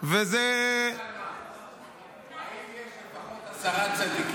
--- יש לפחות עשרה צדיקים.